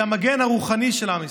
היא המגן הרוחני של עם ישראל.